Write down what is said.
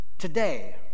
today